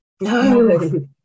no